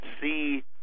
see